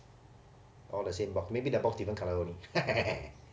all the same but maybe the box different colour only